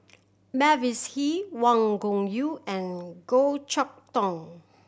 Mavis Hee Wang Gungwu and Goh Chok Tong